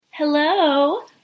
hello